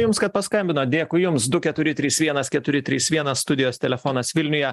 jums kad paskambino dėkui jums du keturi trys vienas keturi trys vienas studijos telefonas vilniuje